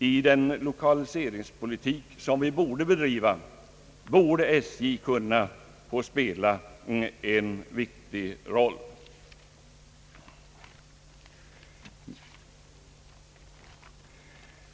I den lokaliseringspolitik som vi borde bedriva bör SJ spela en viktig roll.